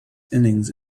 innings